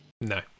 No